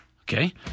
okay